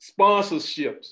sponsorships